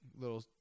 little